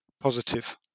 positive